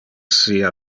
sia